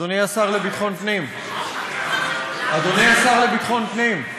אדוני השר לביטחון פנים, אדוני השר לביטחון פנים,